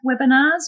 webinars